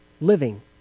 living